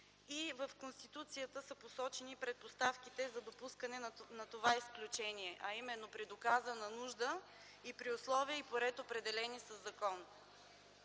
В Конституцията са посочени предпоставките за допускане на това изключение, а именно – при доказана нужда и при условия и по ред, определени със закон.